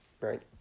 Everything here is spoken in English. Right